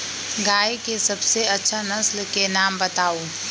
गाय के सबसे अच्छा नसल के नाम बताऊ?